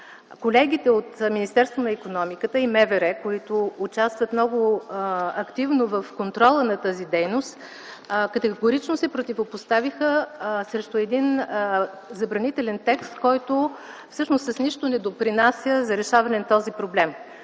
и туризма и Министерството на вътрешните работи, които участват много активно в контрола на тази дейност, категорично се противопоставиха срещу забранителен текст, който всъщност с нищо не допринася за решаване на този проблем.